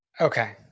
Okay